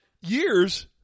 Years